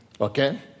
Okay